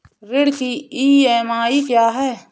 ऋण की ई.एम.आई क्या है?